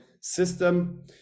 system